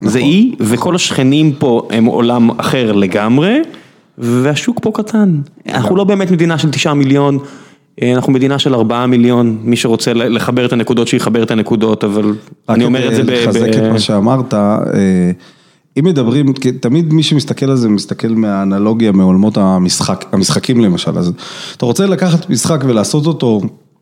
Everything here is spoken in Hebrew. זה אי, וכל השכנים פה הם עולם אחר לגמרי והשוק פה קטן. אנחנו לא באמת מדינה של תשעה מיליון, אנחנו מדינה של ארבעה מיליון, מי שרוצה לחבר את הנקודות, שיחבר את הנקודות, אבל אני אומר את זה ב... אני רוצה לחזק את מה שאמרת, אם מדברים, תמיד מי שמסתכל על זה מסתכל מהאנלוגיה מעולמות המשחק, המשחקים למשל, אז אתה רוצה לקחת משחק ולעשות אותו..